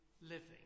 living